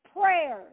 prayers